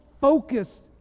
focused